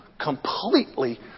completely